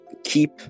keep